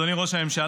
אדוני ראש הממשלה,